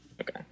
Okay